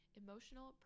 emotional